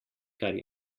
kar